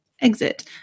Exit